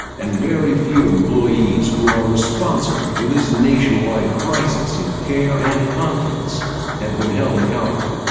and very few employees who are responsible for this nationwide crisis in care and confidence have been held accountable.